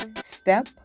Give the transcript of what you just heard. Step